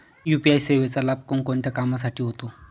UPI सेवेचा लाभ कोणकोणत्या कामासाठी होतो?